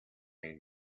they